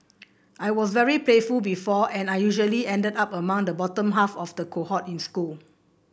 I was very playful before and I usually ended up among the bottom half of the cohort in school